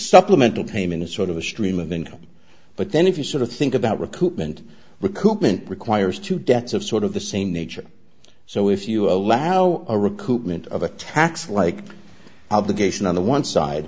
supplemental came in a sort of a stream of income but then if you sort of think about recoupment recoupment requires two deaths of sort of the same nature so if you allow a recruitment of attacks like obligation on the one side